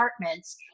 apartments